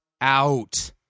out